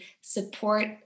support